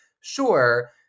sure